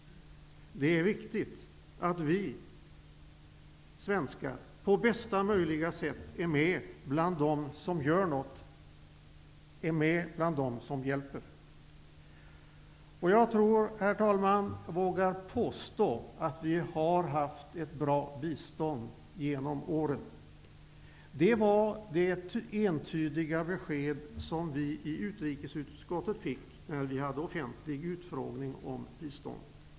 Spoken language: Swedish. Det är viktigt att vi svenskar på bästa möjliga sätt är med bland dem som gör något, att vi är med bland dem som hjälper. Jag tror att jag vågar påstå, herr talman, att vi har haft ett bra bistånd genom åren. Det var det entydiga besked som vi i utrikesutskottet fick vid vår offentliga utfrågning om bistånd.